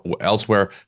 elsewhere